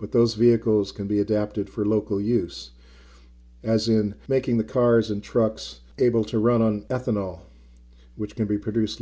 but those vehicles can be adapted for local use as in making the cars and trucks able to run on ethanol which can be produce